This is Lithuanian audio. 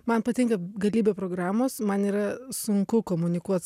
man patinka galybė programos man yra sunku komunikuot